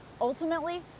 Ultimately